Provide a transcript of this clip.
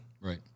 Right